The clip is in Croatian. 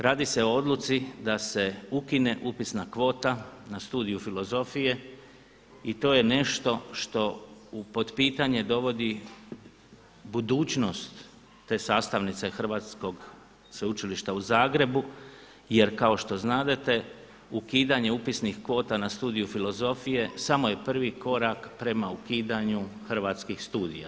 Radi se o odluci da se ukine upisna kvota na studiju filozofije i to je nešto što pod pitanje dovodi budućnost te sastavnice Hrvatskog sveučilišta u Zagrebu jer kao što znadete ukidanje upisnih kvota na studiju filozofije samo je prvi korak prema ukidanju Hrvatskih studija.